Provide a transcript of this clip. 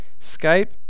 Skype